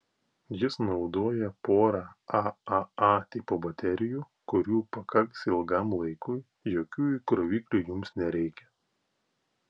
jis naudoja porą aaa tipo baterijų kurių pakaks ilgam laikui jokių įkroviklių jums nereikia